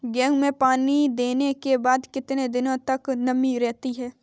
गेहूँ में पानी देने के बाद कितने दिनो तक नमी रहती है?